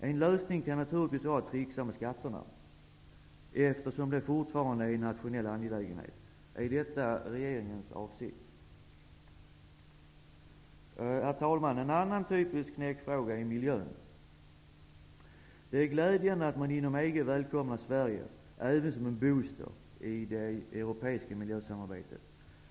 En lösning kan naturligtvis vara att tricksa med skatterna, eftersom de fortfarande är en nationell angelägenhet. Är detta regeringens avsikt? Herr talman! En annan typisk knäckfråga är miljön. Det är glädjande att man inom EG välkomnar Sverige, även som en booster, i det europeiska miljösamarbetet.